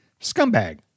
Scumbag